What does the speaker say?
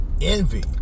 envy